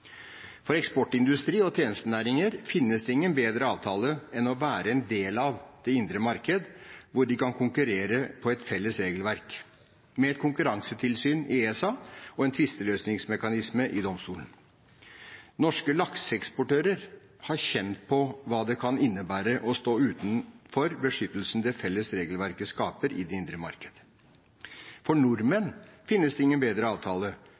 For eksportindustri og tjenestenæringer finnes det ingen bedre avtale enn å være en del av det indre marked hvor de kan konkurrere ved et felles regelverk – med et konkurransetilsyn i ESA og en tvisteløsningsmekanisme i domstolen. Norske lakseeksportører har kjent på hva det kan innebære å stå utenfor beskyttelsen det felles regelverket skaper i det indre marked. For nordmenn finnes det ingen bedre avtale